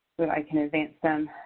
that i can advance them.